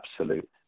absolute